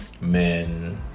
men